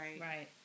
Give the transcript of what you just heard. Right